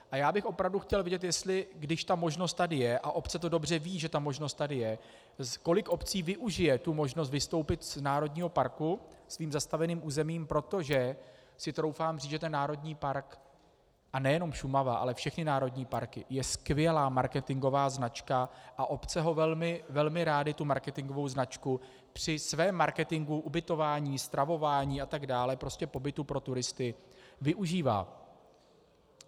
A já bych opravdu chtěl vědět, jestli když ta možnost tady je a obce to dobře vědí, že ta možnost tady je , kolik obcí využije tu možnost vystoupit z národního parku svým zastavěným územím, protože si troufám říct, že ten národní park, a nejenom Šumava, ale všechny národní parky, je skvělá marketingová značka a obce velmi rády tu marketingovou značku při svém marketingu ubytování, stravování atd., prostě pobytu pro turisty, využívají.